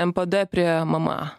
mpd prie mma